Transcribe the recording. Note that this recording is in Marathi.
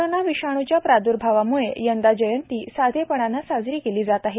कोरोना विषाणूच्या प्रादूर्भावामुळे यंदा जयंती साधेपणाने साजरी केली जात आहे